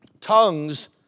Tongues